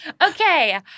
Okay